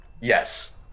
Yes